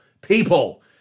people